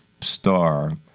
star